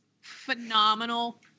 phenomenal